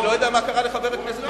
אני לא יודע מה קרה לחבר הכנסת בר-און.